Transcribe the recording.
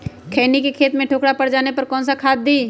खैनी के खेत में ठोकरा पर जाने पर कौन सा खाद दी?